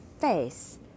face